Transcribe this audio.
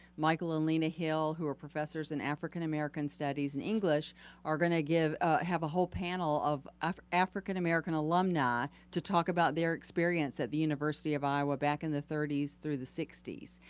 michael and lena hill, who are professors in african american studies and english are gonna ah have a whole panel of of african american alumni to talk about their experience at the university of iowa back in the thirty s through the sixty s.